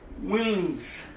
wings